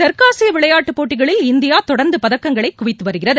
தெற்காசியவிளையாட்டுப்போட்டிகளில் இந்தியாதொடர்ந்துபதக்கங்களைகுவித்துவருகிறது